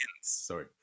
Sorry